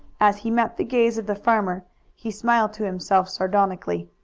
as he met the gaze of the farmer he smiled to himself sardonically.